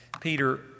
Peter